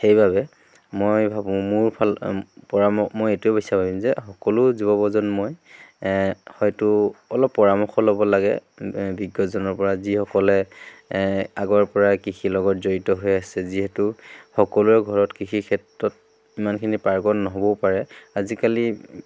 সেইবাবে মই ভাবোঁ মোৰ ফালৰ পৰাম মই এইটোৱেই বিচাৰিম যে সকলো যুৱ প্ৰজন্মই হয়তো অলপ পৰামৰ্শ ল'ব লাগে বিজ্ঞজনৰ পৰা যিসকলে আগৰ পৰাই কৃষিৰ লগত জড়িত হৈ আছে যিহেতু সকলোৰে ঘৰত কৃষিৰ ক্ষেত্ৰত ইমানখিনি পাৰ্গত নহ'বও পাৰে আজিকালি